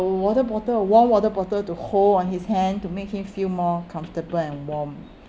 water bottle a warm water bottle to hold on his hand to make him feel more comfortable and warm